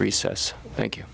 recess thank you